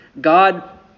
God